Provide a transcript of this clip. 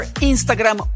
Instagram